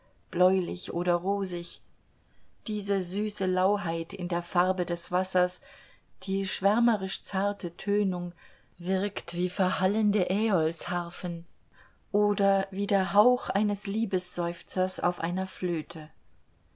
bläulich oder rosig diese süße lauheit in der farbe des wassers die schwärmerisch zarte tönung wirkt wie verhallende aeolsharfen oder wie der hauch eines liebesseufzers auf einer flöte